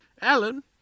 Alan